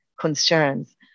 Concerns